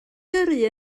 gyrru